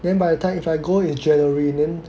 then by the time if I go in January then